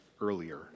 earlier